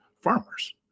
farmers